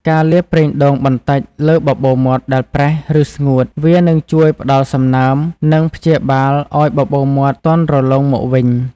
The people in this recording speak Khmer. ការលាបប្រេងដូងបន្តិចលើបបូរមាត់ដែលប្រេះ ឬស្ងួត វានឹងជួយផ្តល់សំណើម និងព្យាបាលឲ្យបបូរមាត់ទន់រលោងមកវិញ។